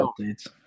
updates